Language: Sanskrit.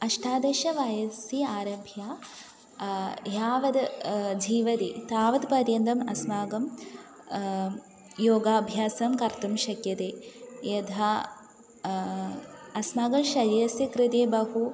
अष्टादशवयसि आरभ्य यावद् जीवति तावत् पर्यन्तम् अस्माकं योगाभ्यासं कर्तुं शक्यते यथा अस्माकं शरीरस्य कृते बहु